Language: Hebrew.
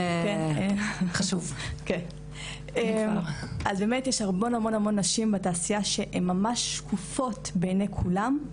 אז באמת יש המון המון נשים בתעשייה שהן ממש שקופות בעיני כולם.